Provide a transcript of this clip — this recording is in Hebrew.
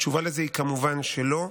התשובה לזה היא כמובן לא,